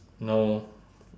no